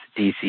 DC